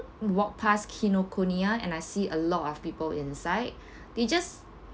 walk past kinokuniya and I see a lot of people inside they just